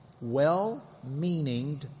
well-meaning